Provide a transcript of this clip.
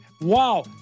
Wow